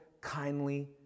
kindly